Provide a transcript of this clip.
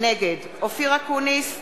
נגד אופיר אקוניס,